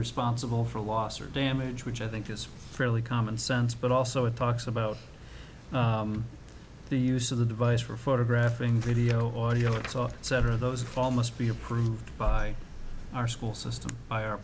responsible for loss or damage which i think is fairly common sense but also it talks about the use of the device for photographing video audio so several of those all must be approved by our school system by our